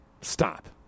Stop